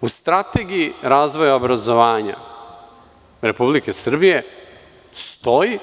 U Strategiji razvoja obrazovanja RS stoji